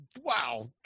wow